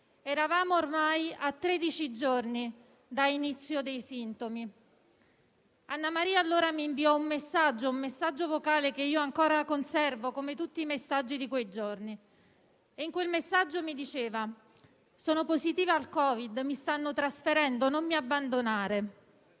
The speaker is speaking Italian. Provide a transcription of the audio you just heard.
Eravamo ormai a tredici giorni dall'inizio dei sintomi. Annamaria allora mi inviò un messaggio vocale - che ancora conservo, come tutti i messaggi di quei giorni - in cui mi diceva: «Sono positiva al Covid, mi stanno trasferendo, non mi abbandonare».